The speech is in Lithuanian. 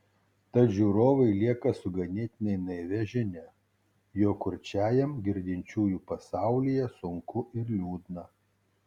tad žiūrovai lieka su ganėtinai naivia žinia jog kurčiajam girdinčiųjų pasaulyje sunku ir liūdna